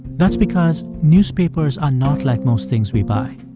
that's because newspapers are not like most things we buy.